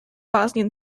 bosnian